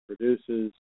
produces